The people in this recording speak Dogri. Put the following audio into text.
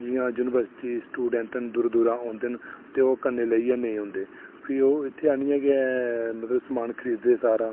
जि'यां युनिवर्सिटी स्टूडेंट न बड़े दूरा दूरा औंदे न ते ओह् कन्नै लेइयै नेईं औंदे न ते फ्ही ओह् मतलब इत्थै आह्नियै गै समान खरीददे सारा